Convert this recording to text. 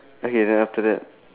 okay then after that